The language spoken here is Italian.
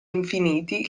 infiniti